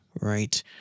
right